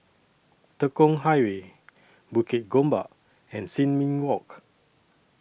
Tekong Highway Bukit Gombak and Sin Ming Walk